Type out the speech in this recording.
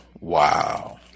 Wow